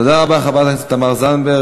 תודה רבה, חברת הכנסת תמר זנדברג.